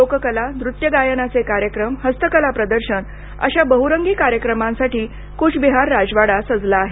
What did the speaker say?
लोक कला नृत्य गायनाचे कार्यक्रम हस्त कला प्रदर्शन अश्या बहुरंगी कार्यक्रमांसाठी कूचबिहार राजवाडा सजला आहे